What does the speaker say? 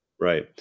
right